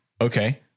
okay